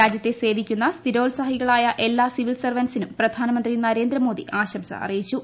രാജ്യത്തെ സേവിക്കുന്ന സ്ഥിരോത്സാഹികളായ എല്ലാ സിവിൽ സർവന്റ്സിനും പ്രധാനമന്ത്രി നരേന്ദ്രമോദി ആശംസ അറിയിച്ചു